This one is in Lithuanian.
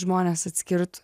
žmonės atskirtų